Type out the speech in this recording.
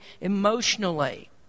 emotionally